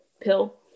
pill